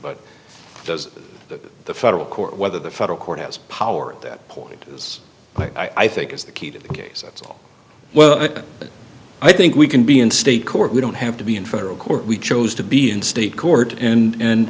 but does the federal court whether the federal court has power at that point is i think is the key to a case that's all well i think we can be in state court we don't have to be in federal court we chose to be in state court and